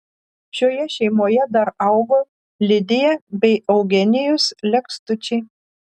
šioje šeimoje dar augo lidija bei eugenijus lekstučiai